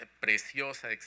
preciosa